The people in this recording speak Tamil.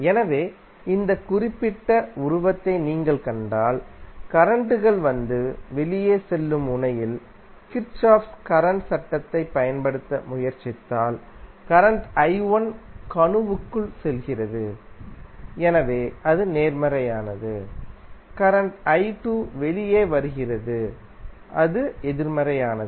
எனவே இந்த குறிப்பிட்ட உருவத்தை நீங்கள் கண்டால் கரண்ட் கள் வந்து வெளியே செல்லும் முனையில் கிர்ச்சோஃப் கரண்ட் சட்டத்தைப் பயன்படுத்த முயற்சித்தால் கரண்ட் i1கணுவுக்குள் செல்கிறது எனவே அது நேர்மறையானது கரண்ட் i2வெளியே வருகிறது அது எதிர்மறையானது